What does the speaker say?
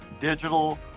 digital